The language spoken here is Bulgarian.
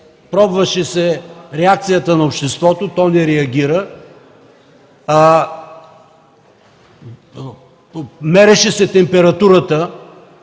пробваше се реакцията на обществото, а то не реагира, мереше се температурата